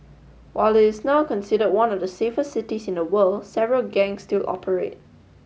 while it is now considered one of the safest cities in the world several gang still operate